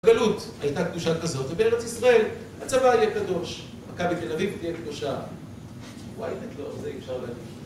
בגלות הייתה קדושה כזאת, ובארץ ישראל הצבא יהיה קדוש. מכבי תל אביב תהיה קדושה. וואי, את לא... זה אי אפשר להגיד.